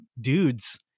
dudes